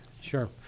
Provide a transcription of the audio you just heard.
sure